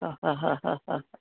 ಹಾಂ ಹಾಂ ಹಾಂ ಹಾಂ ಹಾಂ